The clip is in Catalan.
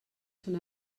són